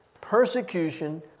persecution